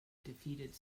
defeated